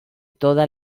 toda